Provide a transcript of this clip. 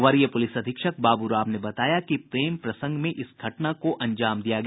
वरीय पुलिस अधीक्षक बाबू राम ने बताया कि प्रेम प्रसंग में इस घटना को अंजाम दिया गया